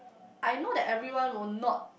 I know that everyone will not